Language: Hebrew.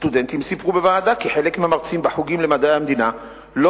סטודנטים סיפרו בוועדה כי חלק מהמרצים בחוגים למדעי המדינה לא